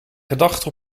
gedachten